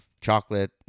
chocolate